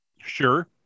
Sure